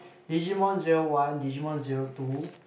Digimon zero one Digimon zero two